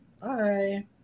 Bye